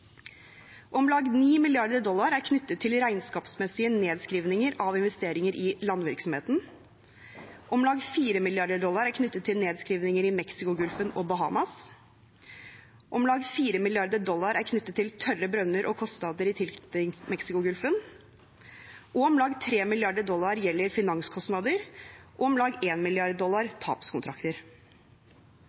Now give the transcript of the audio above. Om lag 9 mrd. dollar er knyttet til regnskapsmessige nedskrivninger av investeringer i landvirksomheten. Om lag 4 mrd. dollar er knyttet til nedskrivninger i Mexicogolfen og Bahamas. Om lag 4 mrd. dollar er knyttet til tørre brønner og kostnader i tilknytning Mexicogolfen. Om lag 3 mrd. dollar gjelder finanskostnader, og om lag 1 mrd. dollar gjelder tapskontrakter.